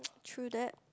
true that